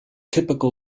typical